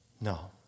No